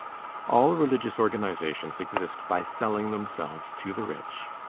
all religious organizations exist by selling themselves to the rich.